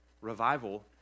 revival